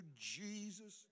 Jesus